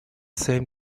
same